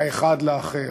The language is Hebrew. האחד לאחר,